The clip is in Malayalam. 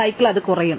സൈക്കിൾ അത് കുറയും